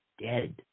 dead